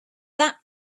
that